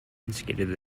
instigated